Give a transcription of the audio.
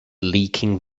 leaking